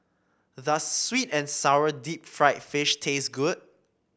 does sweet and sour Deep Fried Fish taste good